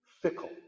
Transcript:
fickle